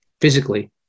physically